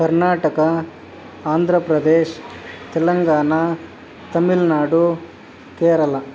Karnataka Andhra Pradesh Telangana Tamil Nadu Kerala